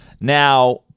Now